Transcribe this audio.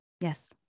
Yes